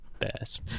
Bears